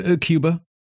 Cuba